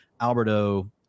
Alberto